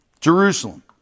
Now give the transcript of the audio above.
Jerusalem